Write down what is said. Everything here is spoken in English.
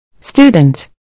Student